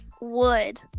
Wood